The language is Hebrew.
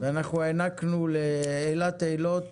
ואנחנו הענקנו לאילת אילות